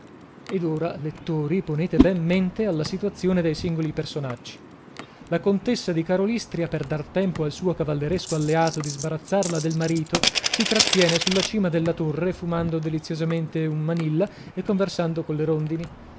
ed ora lettori ponete ben mente alla situazione dei singoli personaggi la contessa di karolystria per dar tempo al suo cavalleresco alleato di sbarazzarla dal marito si trattiene sulla cima della torre fumando deliziosamente un manilla e conversando colle rondini